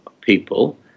people